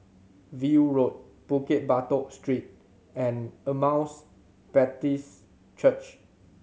View Road Bukit Batok Street and Emmaus Baptist Church